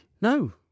No